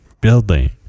building